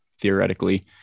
theoretically